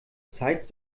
zeit